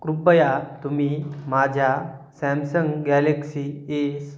कृपया तुम्ही माझ्या सॅमसंग गॅलेक्सी एस